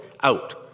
out